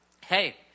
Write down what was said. Hey